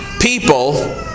people